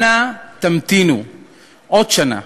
אנא תמתינו עוד שנה,